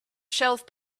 shelf